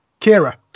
Kira